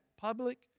public